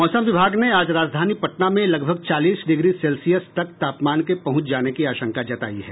मौसम विभाग ने आज राजधानी पटना में लगभग चालीस डिग्री सेल्सियस तक तापमान के पहुंच जाने की आशंका जतायी है